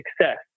success